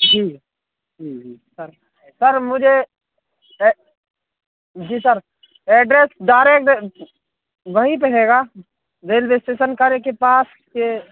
जी जी जी sir sir मुझे ए जी सर एड्रेस डायरेक्ट वहीं पर है गा रेलवे स्टेसन कार्य के पास कि